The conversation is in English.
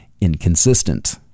inconsistent